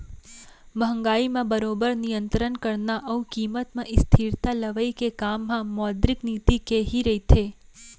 महंगाई म बरोबर नियंतरन करना अउ कीमत म स्थिरता लवई के काम ह मौद्रिक नीति के ही रहिथे